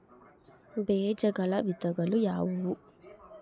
ಬೇಜಗಳ ವಿಧಗಳು ಯಾವುವು?